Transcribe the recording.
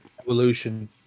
Evolution